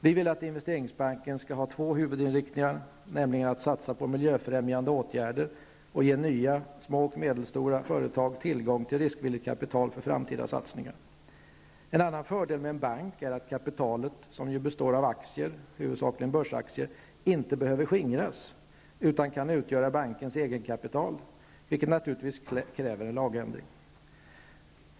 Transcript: Vi vill att investeringsbanken skall ha två huvudinriktningar, nämligen att satsa på miljöfrämjande åtgärder och ge nya små och medelstora företag tillgång till riskvilligt kapital för framtida satsningar. En annan fördel med en bank är att kapitalet som huvudsakligen består av börsaktier inte behöver skingras utan kan utgöra bankens egenkapital, vilket naturligtvis kräver en lagändring.